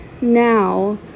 now